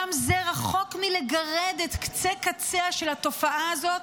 גם זה רחוק מלגרד את קצה-קצה של התופעה הזאת,